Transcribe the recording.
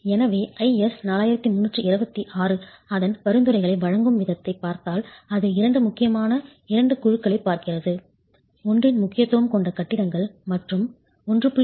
எனவே IS 4326 அதன் பரிந்துரைகளை வழங்கும் விதத்தைப் பார்த்தால் அது இரண்டு முக்கியமான இரண்டு குழுக்களைப் பார்க்கிறது 1 இன் முக்கியத்துவம் கொண்ட கட்டிடங்கள் மற்றும் 1